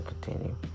continue